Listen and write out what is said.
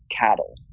cattle